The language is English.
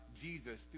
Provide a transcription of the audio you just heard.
Jesus